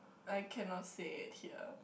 I cannot say at here